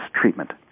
treatment